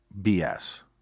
BS